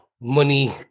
money